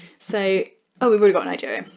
so oh we've already got nigeria,